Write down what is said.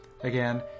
again